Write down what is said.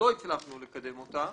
שלא הצלחנו לקדם אותה,